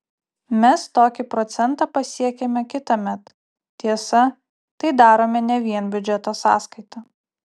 mes tokį procentą pasiekiame kitąmet tiesa tai darome ne vien biudžeto sąskaita